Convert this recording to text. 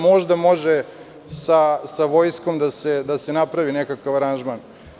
Možda može sa vojskom da se napravi nekakav aranžman?